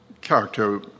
character